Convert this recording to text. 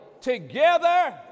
together